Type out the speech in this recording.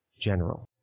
general